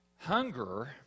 Hunger